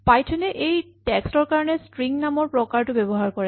Python এ text ৰ কাৰণে ষ্ট্ৰিং নামৰ প্ৰকাৰটো ব্যৱহাৰ কৰে